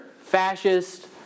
fascist